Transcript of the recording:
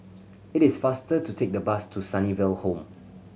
it is faster to take the bus to Sunnyville Home